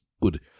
good